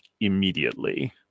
immediately